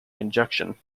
injection